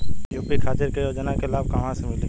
UP खातिर के योजना के लाभ कहवा से मिली?